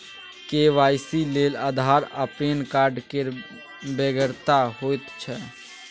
KYC लेल आधार आ PAN card केर बेगरता होइत छै